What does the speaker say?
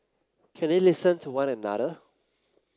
can they listen to one another